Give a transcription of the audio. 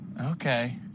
Okay